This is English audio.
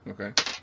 Okay